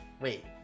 Wait